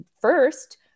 first